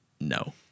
no